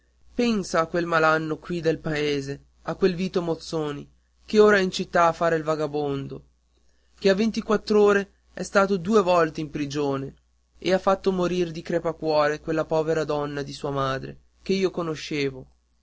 pensa a quel malanno qui del paese a quel vito mozzoni che ora è in città a fare il vagabondo che a ventiquattr'anni è stato due volte in prigione e ha fatto morir di crepacuore quella povera donna di sua madre che io conoscevo